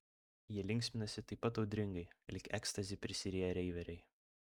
jie linksminasi taip pat audringai lyg ekstazi prisiriję reiveriai